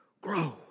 Grow